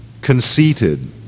Conceited